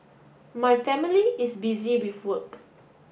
my family is busy with work